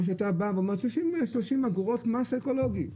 30 אגורות מס אקולוגי.